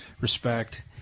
respect